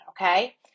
okay